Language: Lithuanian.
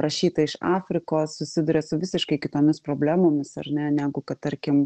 rašytojai iš afrikos susiduria su visiškai kitomis problemomis ar ne negu kad tarkim